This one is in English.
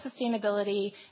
sustainability